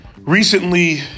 Recently